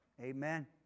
Amen